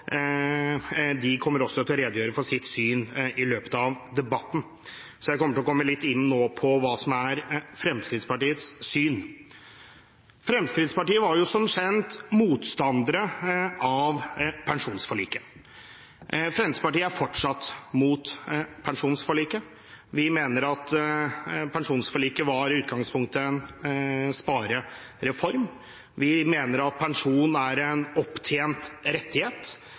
de som står bak komiteens flertall, kommer til å redegjøre for sitt syn i løpet av debatten. Så nå vil jeg komme litt inn på hva som er Fremskrittspartiets syn. Fremskrittspartiet var som kjent motstander av pensjonsforliket. Fremskrittspartiet er fortsatt imot pensjonsforliket. Vi mener at pensjonsforliket i utgangspunktet var en sparereform. Vi mener at pensjon er en opptjent rettighet,